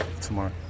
tomorrow